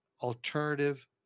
alternative